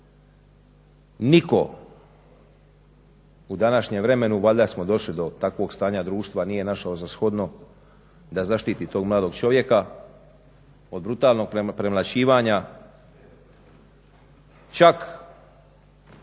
Nitko u današnjem vremenu, valjda smo došli do takvog stanja društva nije našao za shodno da zaštiti tog mladog čovjeka od brutalnog premlaćivanja. Čak